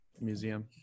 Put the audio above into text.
Museum